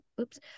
oops